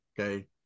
Okay